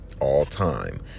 All-time